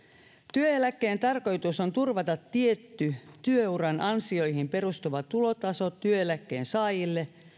työeläkkeen tarkoitus on turvata tietty työuran ansioihin perustuva tulotaso työeläkkeensaajille